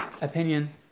opinion